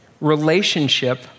Relationship